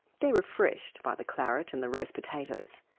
they're refreshed by the claret and the roast potatoes.